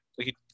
Okay